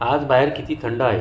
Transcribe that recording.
आज बाहेर किती थंड आहे